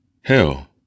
Hell